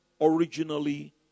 originally